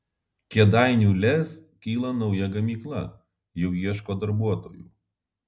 kėdainių lez kyla nauja gamykla jau ieško darbuotojų